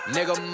Nigga